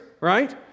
Right